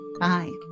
bye